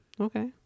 Okay